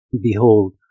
Behold